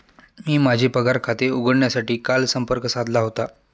मी माझे पगार खाते उघडण्यासाठी काल संपर्क साधला होता